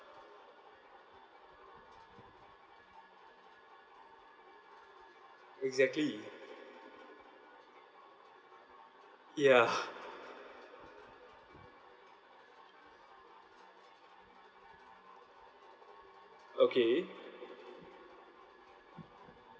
exactly ya okay